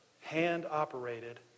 hand-operated